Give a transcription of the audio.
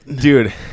dude